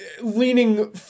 leaning